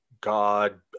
God